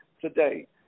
today